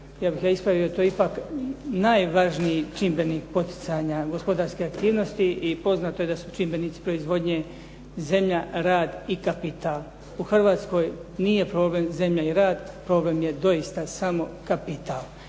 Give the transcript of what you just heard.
Ja bih ga ispravio. To je ipak najvažniji čimbenik poticanja gospodarske aktivnosti i poznato je da su čimbenici proizvodnje zemlje, rad i kapital. U Hrvatskoj nije problem zemlja i rad, problem je doista samo kapital.